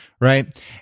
Right